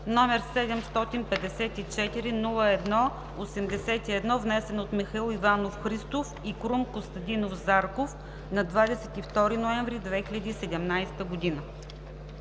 № 754-01-81, внесен от Михаил Ивайлов Христов и Крум Костадинов Зарков на 22 ноември 2017 г.“